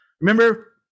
Remember